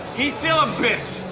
he's still a bitch.